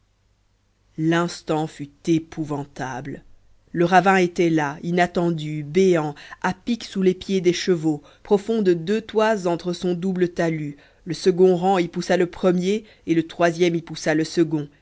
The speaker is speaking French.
l'instant fut épouvantable le ravin était là inattendu béant à pic sous les pieds des chevaux profond de deux toises entre son double talus le second rang y poussa le premier et le troisième y poussa le second